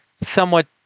somewhat